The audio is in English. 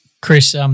Chris